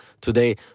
today